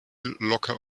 locker